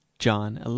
John